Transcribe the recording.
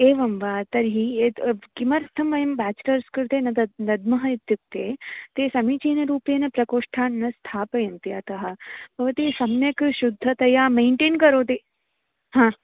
एवं वा तर्हि एत् किमर्थं वयं ब्याचुलर्स् कृते न दद् दद्मः इत्युक्ते ते समीचीनरूपेण प्रकोष्ठान् न स्थापयन्ति अतः भवत सम्यक् शुद्धतया मैण्टैन् करोति हा